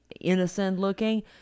innocent-looking